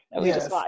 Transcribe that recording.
yes